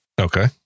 Okay